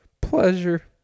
pleasure